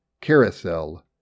Carousel